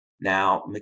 Now